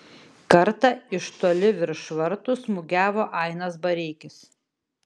kartą iš toli virš vartų smūgiavo ainas bareikis